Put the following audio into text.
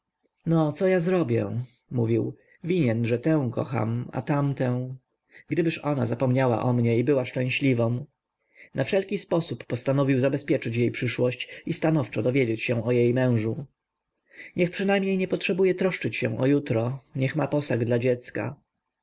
no co ja zrobię mówił winien że tę kocham a tamtę gdybyż ona zapomniała o mnie i była szczęśliwą na wszelki sposób postanowił zabezpieczyć jej przyszłość i stanowczo dowiedzieć się o jej mężu niech przynajmniej nie potrzebuje troszczyć się o jutro niechaj ma posag dla dziecka